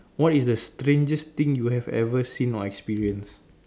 what is the strangest thing you have ever seen or experience